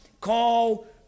call